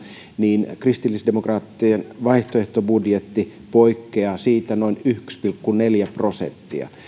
niin kristillisdemokraattien vaihtoehtobudjetti poikkeaa siitä noin yksi pilkku neljä prosenttia